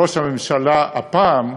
ראש הממשלה הפעם,